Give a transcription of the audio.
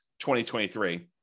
2023